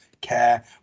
care